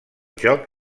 joc